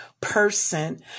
person